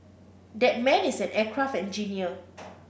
that man is an aircraft engineer